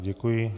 Děkuji.